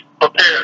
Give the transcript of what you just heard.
prepare